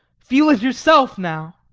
feel it yourself now.